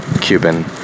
Cuban